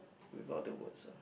without the words ah